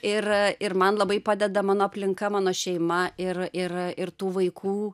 ir ir man labai padeda mano aplinka mano šeima ir ir ir tų vaikų